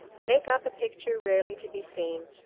make up a picture rarely to be seen.